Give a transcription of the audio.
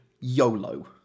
YOLO